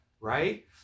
Right